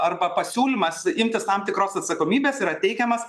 arba pasiūlymas imtis tam tikros atsakomybės yra teikiamas